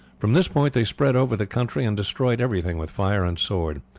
from this point they spread over the country and destroyed everything with fire and sword.